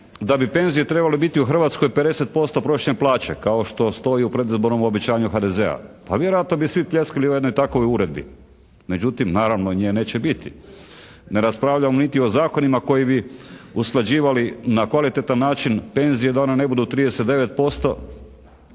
da bi penzije trebale biti u Hrvatskoj 50% prosječne plaće kao što stoji u predizbornom obećanju HDZ-a. Pa vjerojatno bi svi pljeskali jednoj takvoj uredbi, međutim naravno nje neće biti. Ne raspravljamo niti o zakonima koji bi usklađivali na kvalitetan način penzije da one ne budu 39%,